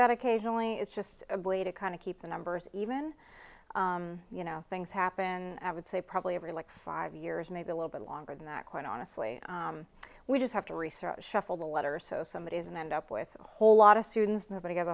that occasionally it's just a boy to kind of keep the numbers even you know things happen i would say probably every like five years maybe a little bit longer than that quite honestly we just have to research shuffle the letter so somebody is and end up with a whole lot of students